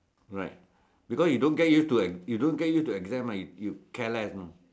right because you don't get you you don't get you to exam you care less mah